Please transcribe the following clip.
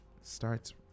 starts